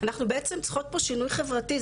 אנחנו בעצם צריכות פה שינוי חברתי,